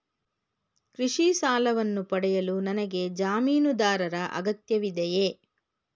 ಕೃಷಿ ಸಾಲವನ್ನು ಪಡೆಯಲು ನನಗೆ ಜಮೀನುದಾರರ ಅಗತ್ಯವಿದೆಯೇ?